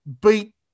beat